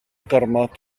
gormod